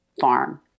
farm